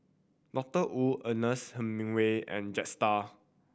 Doctor Wu Ernest Hemingway and Jetstar